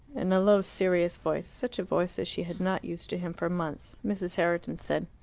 in a a low, serious voice such a voice as she had not used to him for months mrs. herriton said,